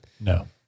No